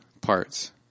parts